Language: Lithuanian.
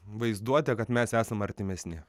vaizduotę kad mes esam artimesni